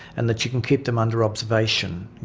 and that you can keep them under observation.